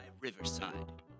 Riverside